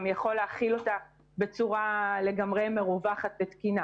יכול להכיל אותה בצורה מרווחת ותקינה.